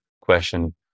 question